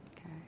Okay